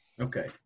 Okay